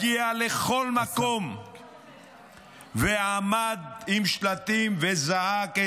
שהגיע לכל מקום ועמד עם שלטים וזעק: